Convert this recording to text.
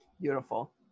beautiful